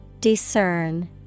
Discern